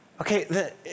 Okay